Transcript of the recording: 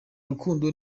rukundo